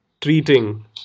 treating